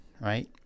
right